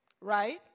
Right